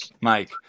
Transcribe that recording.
Mike